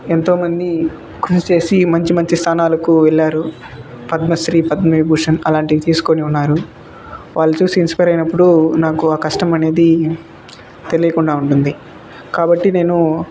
ఎంతోమంది కృషి చేసి మంచి మంచి స్థానాలకు వెళ్లారు పద్మశ్రీ పద్మభూషణ్ అలాంటివి తీసుకుని ఉన్నారు వాళ్ళు చూసి ఇన్స్పయర్ అయినప్పుడు నాకు ఆ కష్టం అనేది తెలియకుండా ఉంటుంది కాబట్టి నేను